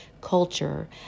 culture